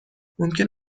ممکن